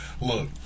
Look